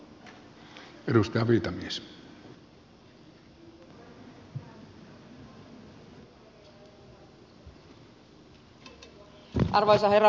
arvoisa herra puhemies